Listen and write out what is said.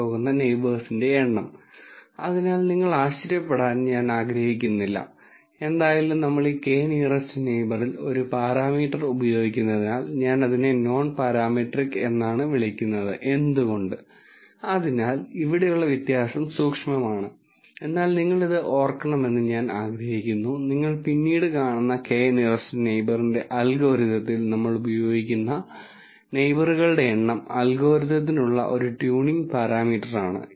data സയൻസിനെക്കുറിച്ചുള്ള പൊതുവായ ഒരു ആശയം ലഭിക്കുന്നതിന് ഈ ടെക്നിക്ക്കളുടെ എല്ലാ ശേഖരണങ്ങളും ഡാറ്റാ സയൻസ് പ്രോബ്ളങ്ങൾ പരിഹരിക്കുമോ ഏതൊക്കെ തരത്തിലുള്ള പ്രോബ്ളങ്ങളാണ് യഥാർത്ഥത്തിൽ പരിഹരിക്കപ്പെടുന്നതെന്ന് അറിയാൻ ഒരാൾക്ക് താൽപ്പര്യമുണ്ടാകാം പരിഹരിക്കപ്പെടുന്ന പ്രോബ്ളങ്ങൾ ഏതെല്ലാമെന്ന് ഒരിക്കൽ അറിഞ്ഞാൽ അടുത്ത ലോജിക്കൽ ചോദ്യം ഇതായിരിക്കും നിങ്ങൾ പരിഹരിക്കാൻ ശ്രമിക്കുന്ന തരത്തിലുള്ള പ്രോബ്ളങ്ങൾക്ക് നിങ്ങൾക്ക് വളരെയധികം ടെക്നിക്കുകൾ ആവശ്യമുണ്ടോ